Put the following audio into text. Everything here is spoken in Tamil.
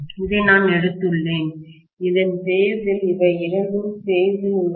இதை நான் எடுத்துள்ளேன் இதன் பேஸ் இல் இவை 2 ம் பேஸ் இல் உள்ளன